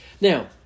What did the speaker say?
Now